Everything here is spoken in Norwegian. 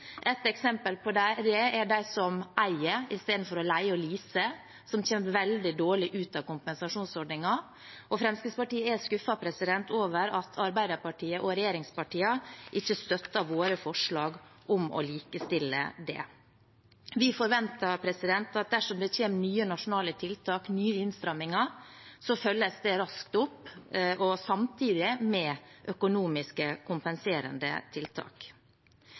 eksempel på det er de som eier i stedet for å leie og lease, de kommer veldig dårlig ut av kompensasjonsordningen. Fremskrittspartiet er skuffet over at Arbeiderpartiet og regjeringspartiene ikke støtter våre forslag om å likestille det. Vi forventer at dersom det kommer nye nasjonale tiltak, nye innstramminger, følges de raskt opp – samtidig med økonomisk kompenserende tiltak.